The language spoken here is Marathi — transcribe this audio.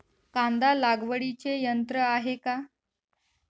कांदा लागवडीचे यंत्र आहे का?